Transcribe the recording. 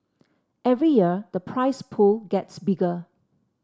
every year the prize pool gets bigger